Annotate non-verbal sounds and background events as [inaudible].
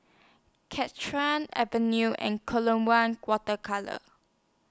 [unintelligible] Avenue and [unintelligible] Water Colours